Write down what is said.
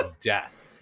death